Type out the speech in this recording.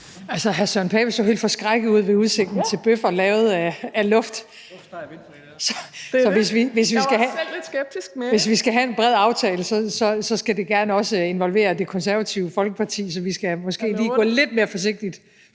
Hr. Søren Pape så helt forskrækket ud ved udsigten til bøffer lavet af luft. Så hvis vi skal have en bred aftale, skal det gerne også involvere Det Konservative Folkeparti, så vi skal måske gå lidt mere forsigtigt